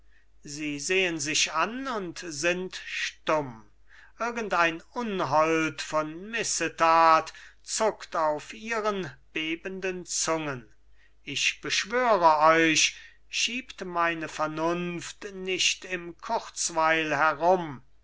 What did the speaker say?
sie sehen sich an und sind stumm irgendein unhold von missetat zuckt auf ihren bebenden zungen ich beschwöre euch schiebt meine vernunft nicht im kurzweil herum